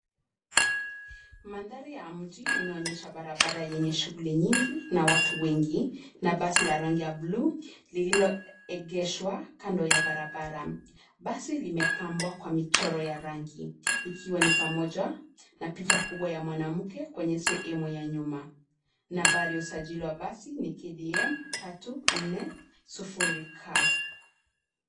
Mandhari ya mji inaonyesha barabara yenye shughuli nyingi na watu wengi; na basi la rangi ya buluu lililoegeshwa kando ya barabara. Basi limepambwa kwa michoro ya rangi; ikiwa ni pamoja na picha kubwa ya mwanamke kwenye sehemu ya nyuma. Nambari ya usajili wa basi ni KDM 340K .